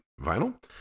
vinyl